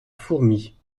fourmies